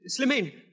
Slimane